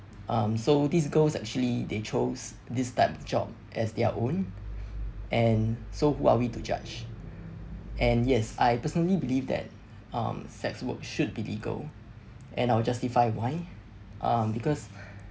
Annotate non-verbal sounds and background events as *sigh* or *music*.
um so these girls actually they chose this type of job as their own and so who are we to judge and yes I personally believe that um sex work should be legal and I'll justify why um because *breath*